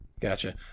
Gotcha